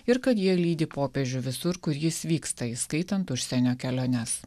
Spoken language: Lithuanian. ir kad jie lydi popiežių visur kur jis vyksta įskaitant užsienio keliones